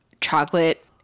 chocolate